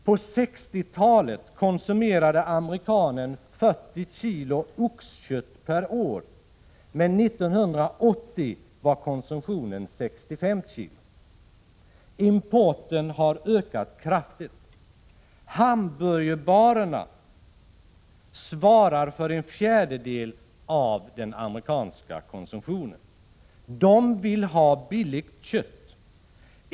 På 1960-talet konsumerade amerikanen 40 kg oxkött per år, men 1980 var konsumtionen 65 kg. Importen har ökat kraftigt. Hamburgerbarerna svarar för en fjärdedel av den amerikanska konsumtionen. De vill ha billigt kött.